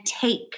take